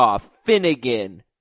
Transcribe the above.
Finnegan